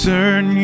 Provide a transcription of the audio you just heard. Turn